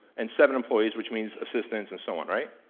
and seven employees. which means assistants and so on, right?